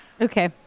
Okay